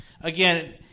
again